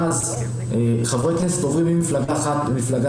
ואז חברי כנסת עוברים ממפלגה אחת למפלגה